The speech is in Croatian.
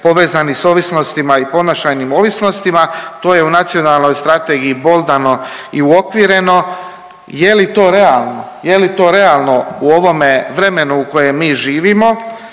povezani sa ovisnostima i ponašanjem u ovisnostima to je u nacionalnoj strategiji boldano i uokvireno. Je li to realno, je li to realno u ovome vremenu u kojem mi živimo?